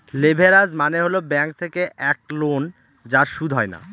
leverage মানে হল bank থেকে এক লোন যার সুদ হয় না